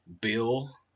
Bill